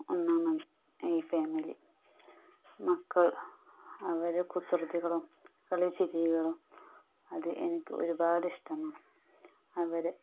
ഒന്നാണത് ഈ ഫാമിലി മക്കള് അവരെ കുസൃതികളും കളിചിരികളും അത് എനിക്ക് ഒരുപാട് ഇഷ്ടമാണ് അവർ